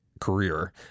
career